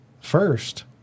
first